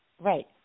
Right